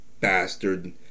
bastard